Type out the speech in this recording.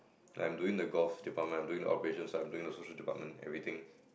like doing the golf department I'm doing the operation site I'm doing social department everything